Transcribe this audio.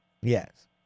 Yes